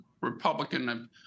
Republican